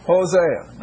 Hosea